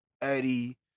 Eddie